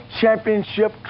Championship